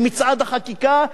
במצעד החקיקה,